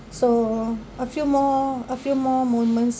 so a few more a few more moments